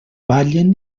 ballen